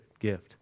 gift